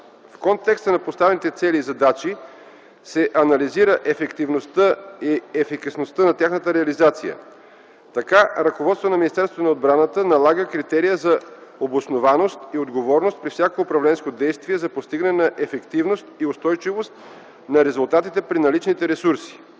В контекста на поставените цели и задачи се анализира ефективността и ефикасността на тяхната реализация. Така ръководството на Министерството на отбраната налага критерия за обоснованост и отговорност при всяко управленско действие за постигане на ефективност и устойчивост на резултатите при наличните ресурси.